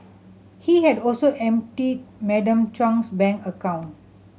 he had also emptied Madam Chung's bank account